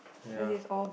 ya